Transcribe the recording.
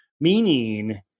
meaning